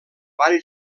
vall